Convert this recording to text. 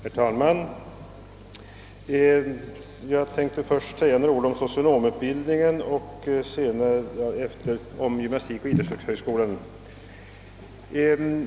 Herr talman! Jag tänkte säga några ord först om socionomutbildningen och därefter om den föreslagna gymnastikoch idrottshögskolan.